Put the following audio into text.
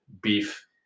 beef